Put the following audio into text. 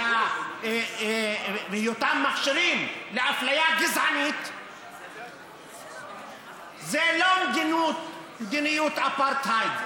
בהיותם מכשירים לאפליה גזענית זו לא מדיניות אפרטהייד,